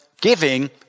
giving